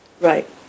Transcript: Right